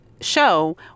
show